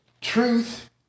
truth